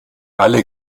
alle